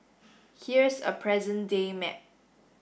here's a present day map